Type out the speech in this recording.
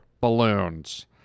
balloons